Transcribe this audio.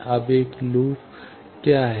अब एक लूप क्या है